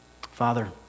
Father